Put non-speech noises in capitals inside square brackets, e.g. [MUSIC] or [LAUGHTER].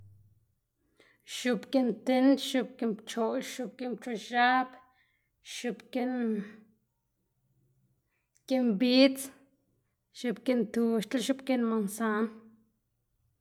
X̱ubgiꞌn tind, x̱ubgiꞌn pchoꞌx, x̱ubgiꞌn pchox x̱ab, x̱ubgiꞌn giꞌn bidz, x̱ubgiꞌn tuxtl, x̱ubgiꞌn mansan. [NOISE]